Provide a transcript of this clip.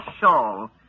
shawl